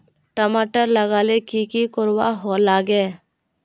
टमाटर लगा ले की की कोर वा लागे?